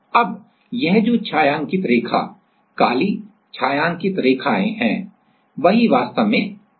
अब यह जो छायांकित रेखा काली छायांकित रेखाएँ हैं वही वास्तव में स्थिर हैं